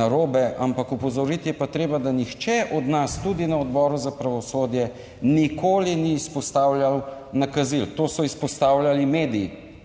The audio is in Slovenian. narobe, ampak opozoriti je pa treba, da nihče od nas, tudi na Odboru za pravosodje nikoli ni izpostavljal nakazil, to so izpostavljali mediji.